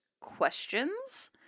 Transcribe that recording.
questions